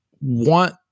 want